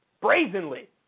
Brazenly